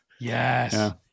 Yes